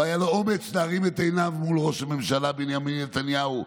לא היה לו אומץ להרים את עיניו מול ראש הממשלה בנימין נתניהו,